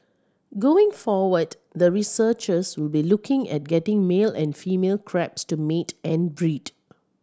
going forward the researchers will be looking at getting male and female crabs to mate and breed